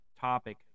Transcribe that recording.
topic